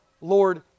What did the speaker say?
Lord